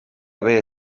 haver